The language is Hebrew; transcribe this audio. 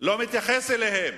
לא מתייחס אליהם.